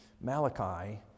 Malachi